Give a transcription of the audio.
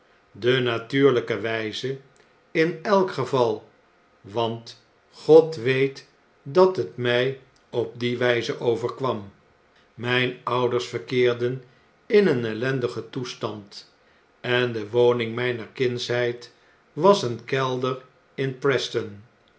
de natuurlijke wyze in elk geval want god weet dat het my op die wyze overkwam myn ouders verkeerden in een ellendigen toestand en de woning mijner kindsheid was een kelder in preston